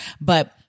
But-